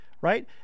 Right